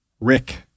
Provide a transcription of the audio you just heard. rick